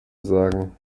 sagen